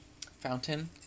fountain